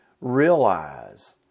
realize